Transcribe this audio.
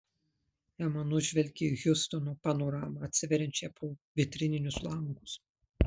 ema nužvelgė hjustono panoramą atsiveriančią pro vitrininius langus